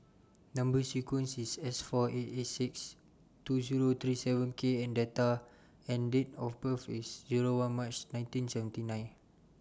Number sequence IS S four eight six two Zero three seven K and Data and Date of birth IS Zero one March nineteen seventy nine